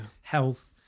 health